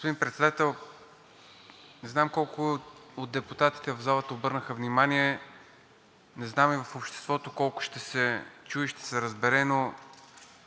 Господин Председател, не знам колко от депутатите в залата обърнаха внимание, не знам и в обществото колко ще се чуе и ще се разбере, но